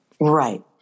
right